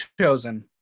chosen